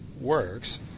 works